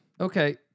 Okay